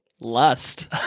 Lust